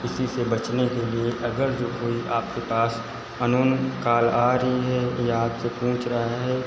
इसी से बचने के लिए अगर जो कोई आपके पास अनोन काल आ रही है या आपसे पूछ रहा है